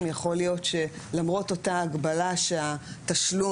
יכול להיות שלמרות אותה הגבלה שהתשלום,